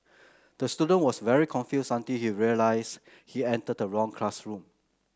the student was very confused until he realised he entered the wrong classroom